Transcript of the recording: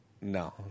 No